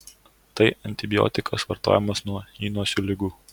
tai antibiotikas vartojamas nuo įnosių ligų